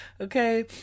okay